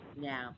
now